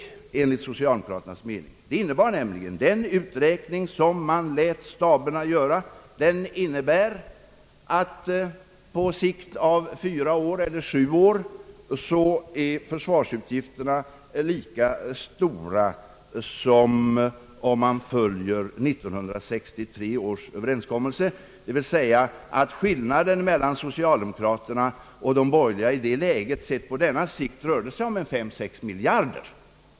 Den uträkning som man lät staberna göra innebär nämligen att försvarskostnaden på en sikt av fyra år eller sju år är lika stor som om man följer 1963 års överenskommelse, d.v.s. att skillnaden mellan socialdemokraterna och de borgerliga, sett på denna sikt, rörde sig om 5 å 6 miljarder.